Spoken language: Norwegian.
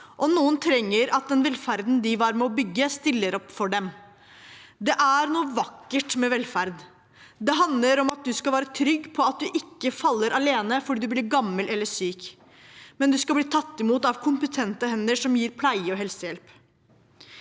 og noen trenger at den velferden de var med på å bygge, stiller opp for dem. Det er noe vakkert med velferd. Det handler om at du skal være trygg på at du ikke faller alene om du blir gammel eller syk, men blir tatt imot av kompetente hender som gir pleie og helsehjelp.